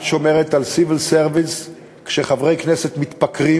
את שומרת על civil service כשחברי כנסת מתפקרים